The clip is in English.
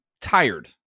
tired